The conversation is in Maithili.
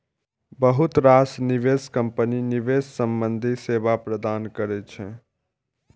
बहुत रास निवेश कंपनी निवेश संबंधी सेवा प्रदान करै छै